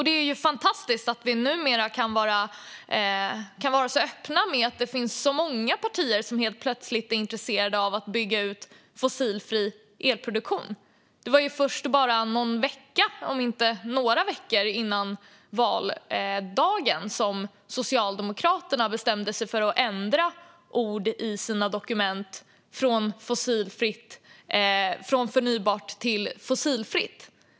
Det är fantastiskt att vi numera kan vara så öppna med att det finns många partier som helt plötsligt är intresserade av att bygga ut fossilfri elproduktion. Det var ju bara någon vecka, om inte några veckor, före valdagen som Socialdemokraterna bestämde sig för att ändra ord i sina dokument - från förnybart till fossilfritt.